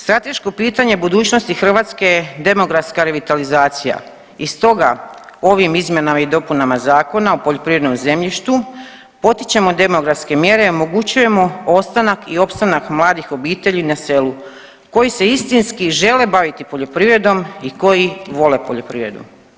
Strateško pitanje budućnosti Hrvatske je demografska revitalizacija i stoga ovim izmjenama i dopunama Zakona o poljoprivrednom zemljištu potičemo demografske mjere i omogućujemo ostanak i opstanak mladih obitelji na selu koji se istinski žele baviti poljoprivrednom i koji vole poljoprivredu.